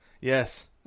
yes